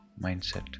mindset